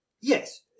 Yes